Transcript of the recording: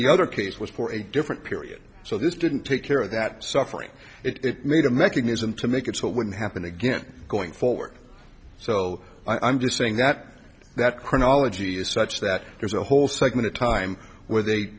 the other case was for a different period so this didn't take care of that suffering it made a mechanism to make it so it wouldn't happen again going forward so i'm just saying that that chronology is such that there's a whole segment of time where they